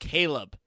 Caleb